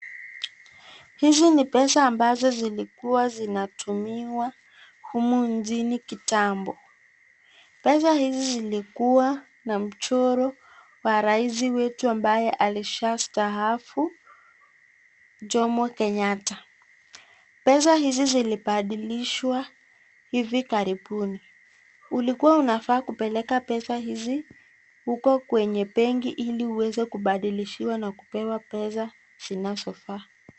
Hizi ni pesa ambazo zilikuwa zinatumiwa humu nchini kitambo. Pesa hizi zilikuwa na mchoro wa rais wetu ambaye alishastaafu Jomo Kenyatta. Pesa hizi zilibadilishwa hivi karibuni. Ulikuwa unafaa kupeleka pesa hizi huko kwenye benki ili uweze kubadilishiwa na kupewa pesa zinazofaa.